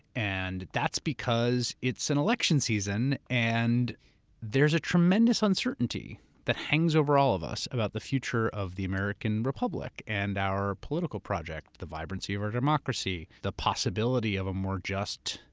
and that's because it's an election season and there's a tremendous uncertainty that hangs over all of us about the future of the american republic and our political project, the vibrancy of our democracy, the possibility of a more just,